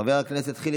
חבר הכנסת גלעד קריב,